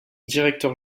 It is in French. directeur